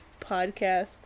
podcast